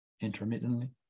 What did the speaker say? intermittently